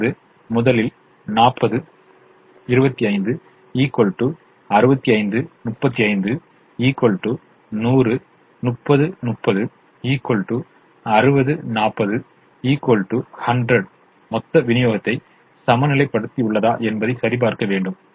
இப்போது முதலில் 65 35 100 60 40 100 மொத்த விநியோகத்தை சமநிலைப்படுத்தியுள்ளதா என்பதை சரிபார்க்க வேண்டும்